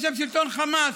יש שם שלטון חמאס,